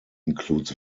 includes